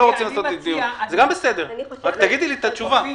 רק תגידי לי את התשובה.